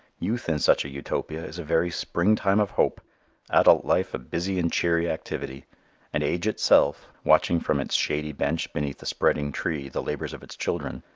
youth in such a utopia is a very springtime of hope adult life a busy and cheery activity and age itself, watching from its shady bench beneath a spreading tree the labors of its children,